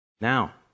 Now